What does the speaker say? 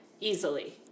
easily